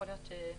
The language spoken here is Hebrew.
יכול להיות שהוא